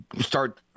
start